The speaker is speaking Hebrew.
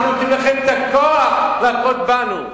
אנחנו נותנים לכם את הכוח להכות בנו.